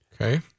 Okay